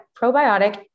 probiotic